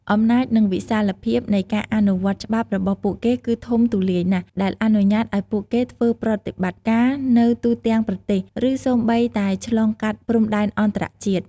អំណាច និងវិសាលភាពនៃការអនុវត្តច្បាប់របស់ពួកគេគឺធំទូលាយណាស់ ដែលអនុញ្ញាតឲ្យពួកគេធ្វើប្រតិបត្តិការនៅទូទាំងប្រទេស ឬសូម្បីតែឆ្លងកាត់ព្រំដែនអន្តរជាតិ។